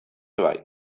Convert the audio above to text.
bai